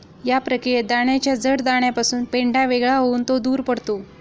या प्रक्रियेत दाण्याच्या जड दाण्यापासून पेंढा वेगळा होऊन तो दूर पडतो